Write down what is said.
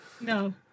No